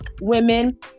women